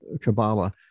Kabbalah